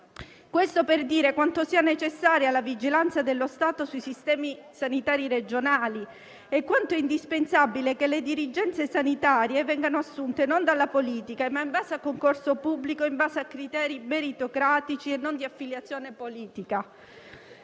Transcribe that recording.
Tutto ciò indica quanto sia necessaria la vigilanza dello Stato sui sistemi sanitari regionali e quanto è indispensabile che le dirigenze sanitarie vengano assunte non dalla politica, ma in base a concorso pubblico e a criteri meritocratici e non di affiliazione politica.